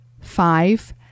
five